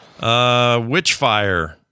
Witchfire